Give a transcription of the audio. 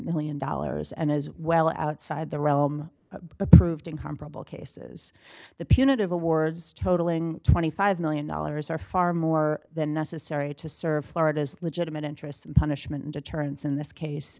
million dollars and as well outside the realm of approved in comparable cases the punitive awards totaling twenty five million dollars are far more than necessary to serve florida's legitimate interests and punishment and deterrence in this case